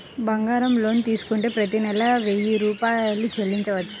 బంగారం లోన్ తీసుకుంటే ప్రతి నెల వెయ్యి రూపాయలు చెల్లించవచ్చా?